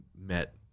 met